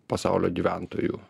pasaulio gyventojų